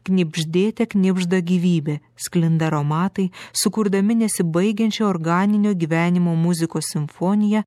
knibždėte knibžda gyvybė sklinda aromatai sukurdami nesibaigiančią organinio gyvenimo muzikos simfoniją